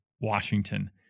Washington